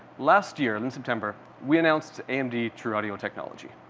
last year in september, we announced amd ah trueaudio technology.